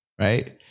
right